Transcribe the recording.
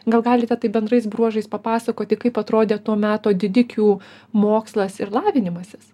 gal galite taip bendrais bruožais papasakoti kaip atrodė to meto didikių mokslas ir lavinimasis